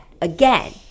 again